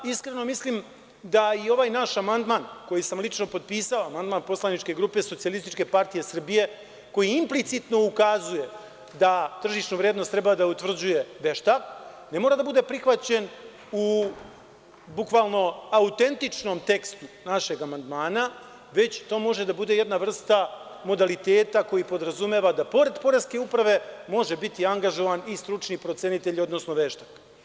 Iskreno mislim da i ovaj naš amandman, koji sam lično potpisao, amandman poslaničke grupe SPS, koji implicitno ukazuje da tržišnu vrednost treba da utvrđuje veštak, ne mora da bude prihvaćen u bukvalno autentičnom tekstu našeg amandmana, već to može da bude jedna vrsta modaliteta, koji podrazumeva da pored Poreske uprave može biti angažovan i stručni procenitelj, odnosno veštak.